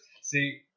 See